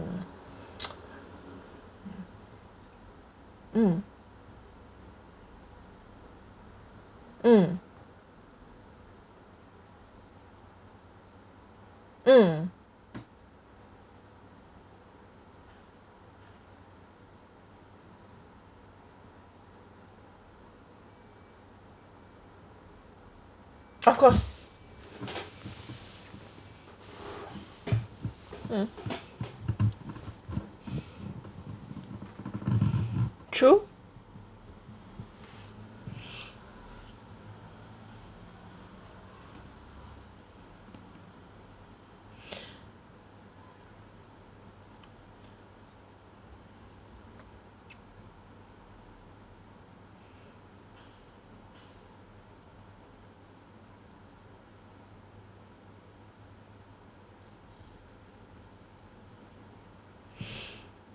mm mm mm mm of course mm true